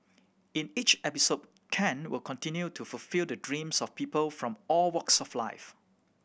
in each episode Ken will continue to fulfil the dreams of people from all walks of life